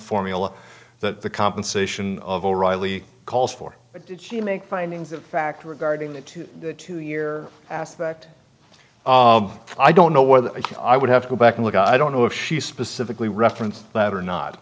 formula that the compensation of o'reilly calls for did she make findings of fact regarding the two two year aspect i don't know whether i would have to go back and look i don't know if she specifically referenced that or